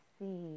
see